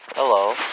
Hello